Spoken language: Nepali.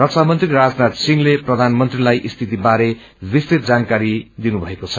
रक्षा मन्त्री राजनाथ सिंहले प्रधानमन्त्रीताई स्थितिबारे विस्तृत जानकारी दिनुभएको छ